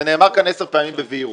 זה נאמר כאן 10 פעמים בבהירות.